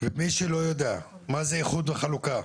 מי שלא יודע מה הוא איחוד וחלוקה,